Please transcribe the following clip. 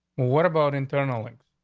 what about internally?